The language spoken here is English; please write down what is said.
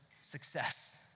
success